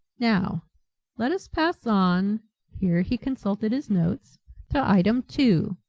now let us pass on here he consulted his notes to item two,